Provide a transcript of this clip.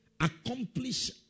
accomplish